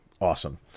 Awesome